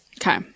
Okay